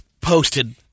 posted